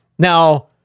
Now